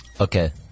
Okay